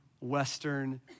Western